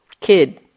Kid